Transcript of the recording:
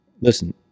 listen